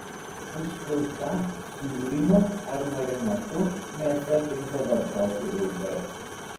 užpilta sūrimu ar marinatu mėsa tinka vartoti ilgai